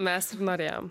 mes ir norėjom